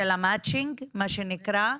המצ'ינג מה שנקרא,